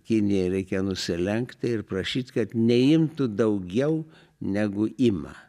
kinijai reikia nusilenkti ir prašyt kad neimtų daugiau negu ima